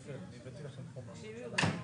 במקומות שבהם הממונה סבור שה --- כלומר אתה רוצה